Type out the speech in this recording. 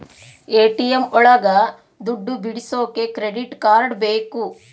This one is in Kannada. ಎ.ಟಿ.ಎಂ ಒಳಗ ದುಡ್ಡು ಬಿಡಿಸೋಕೆ ಕ್ರೆಡಿಟ್ ಕಾರ್ಡ್ ಬೇಕು